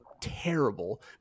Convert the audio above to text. terrible